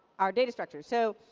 our data structure. so